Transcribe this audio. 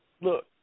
look